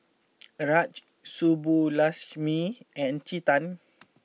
Raj Subbulakshmi and Chetan